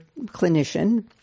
clinician